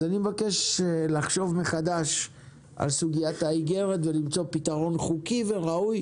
אני מבקש לחשוב מחדש על סוגיית האיגרת ולמצוא פתרון חוקי וראוי,